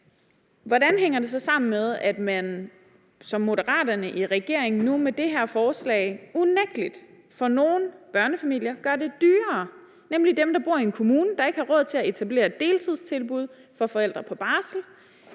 hvordan hænger det så sammen med, at Moderaterne, der sidder i regering, nu med det her forslag unægtelig gør det dyrere for nogle børnefamilier, nemlig dem, der bor i en kommune, der ikke har råd til at etablere deltidstilbud for forældre på barsel?